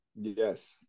Yes